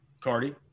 Cardi